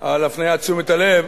על הפניית תשומת הלב,